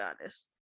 honest